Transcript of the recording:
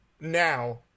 now